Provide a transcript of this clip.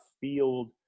field